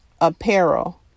apparel